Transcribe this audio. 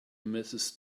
mrs